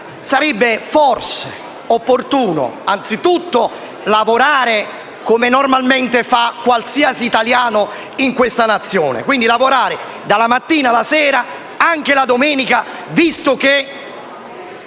sarebbe forse opportuno lavorare come normalmente fa qualsiasi italiano in questa Nazione, quindi dalla mattina alla sera, anche di domenica, atteso che